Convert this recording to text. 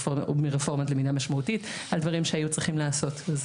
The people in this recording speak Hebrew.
מרפורמת למידה משמעותית על דברים שהיו צריכים להיעשות.